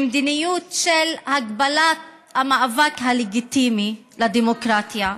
ממדיניות של הגבלת המאבק הלגיטימי לדמוקרטיה.